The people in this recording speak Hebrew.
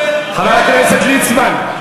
חבר הכנסת ליצמן,